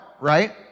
right